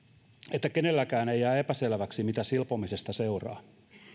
että kenelläkään ei jää epäselväksi mitä silpomisesta seuraa